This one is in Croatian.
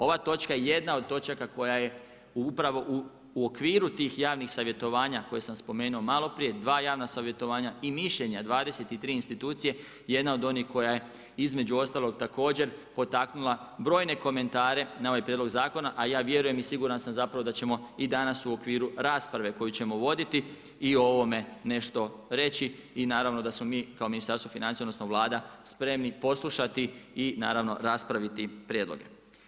Ova točka je jedna od točaka koja je upravo u okviru tih javnim savjetovanja koje sam spomenuo maloprije, dva javna savjetovanja i mišljenja 23 institucije, jedna od onih koja je između ostalog također, potaknula brojne komentare na ovaj prijedlog zakona a ja vjerujem i siguran sam zapravo da ćemo i danas u okviru rasprave koju ćemo voditi, i ovome nešto reći i naravno da smo mi kao Ministarstvo financija odnosno Vlada spremni poslušati i naravno raspraviti prijedloge.